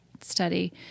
study